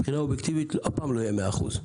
מבחינה אובייקטיבית אף פעם לא יהיו 100 אחוזים.